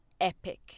epic